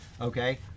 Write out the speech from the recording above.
okay